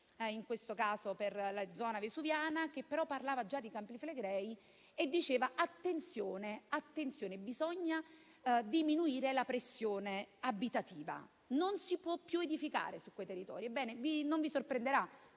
in quel caso per la zona vesuviana, che parlava già dei Campi Flegrei e diceva: attenzione, bisogna diminuire la pressione abitativa, non si può più edificare su quei territori. Ebbene, non vi sorprenderà